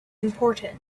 important